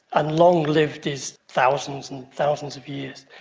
and long-lived is thousands and thousands of years.